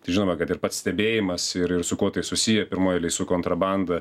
tai žinoma kad ir pats stebėjimas ir ir su kuo tai susiję pirmoj eilėj su kontrabanda